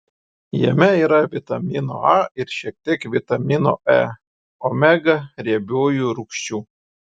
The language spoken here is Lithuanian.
jame yra vitamino a ir šiek tiek vitamino e omega riebiųjų rūgščių